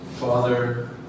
Father